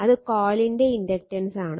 അത് കൊയിലിന്റെ ഇൻഡക്റ്റൻസാണ്